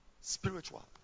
Spiritual